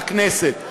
בכנסת.